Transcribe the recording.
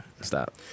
stop